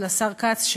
ולשר כץ,